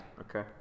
okay